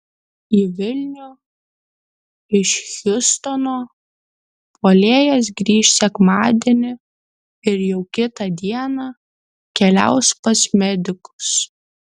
į vilnių iš hjustono puolėjas grįš sekmadienį ir jau kitą dieną keliaus pas medikus